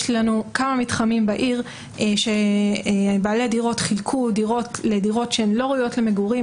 שיש כמה מתחמים בעיר שבעלי דירות חילקו דירות שאינן ראויות למגורים,